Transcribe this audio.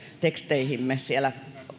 teksteihimme siellä